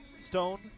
Stone